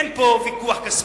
אין פה ויכוח כספי,